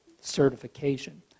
certification